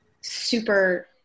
super